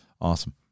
Awesome